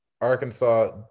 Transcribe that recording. arkansas